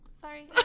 Sorry